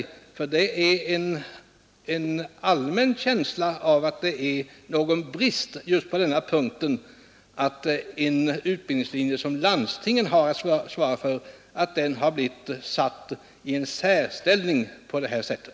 Det finns bland dessa nämligen en allmän känsla av att det är en brist att en av de utbildningslinjer som landstingen svarar för har fått en sådan särställning som blivit fallet.